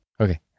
Okay